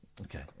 Okay